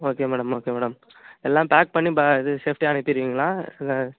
okay madam okay madam எல்லாம் pack பண்ணி ப இது சேஃப்டியாக அனுப்பிடுவீங்களா இல்லை